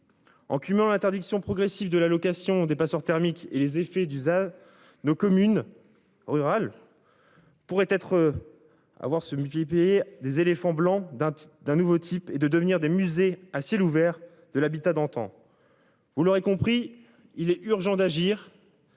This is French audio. En cumulant interdiction progressive de la location des passoires thermiques et les effets d'Usain nos communes rurales. Pourraient être. À voir se multiplier des éléphants blancs d'un d'un nouveau type et de devenir des musées à ciel ouvert de l'habitat d'antan. Vous l'aurez compris, il est urgent d'agir.